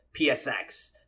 PSX